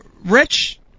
Rich